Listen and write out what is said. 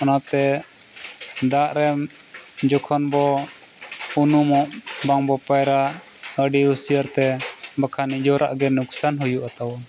ᱚᱱᱟᱛᱮ ᱫᱟᱜ ᱨᱮ ᱡᱚᱠᱷᱚᱱ ᱵᱚ ᱩᱱᱩᱢᱚᱜ ᱵᱟᱝ ᱵᱚ ᱯᱟᱭᱨᱟ ᱟᱹᱰᱤ ᱩᱥᱟᱹᱨᱟ ᱛᱮ ᱵᱟᱠᱷᱟᱱ ᱱᱤᱡᱮᱨᱟᱜ ᱜᱮ ᱱᱚᱠᱥᱟᱱ ᱦᱩᱭᱩᱜᱼᱟ ᱛᱟᱵᱚᱱ